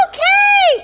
Okay